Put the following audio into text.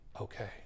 okay